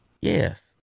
yes